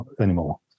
anymore